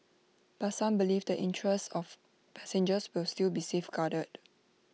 but some believe the interests of passengers will still be safeguarded